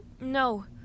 No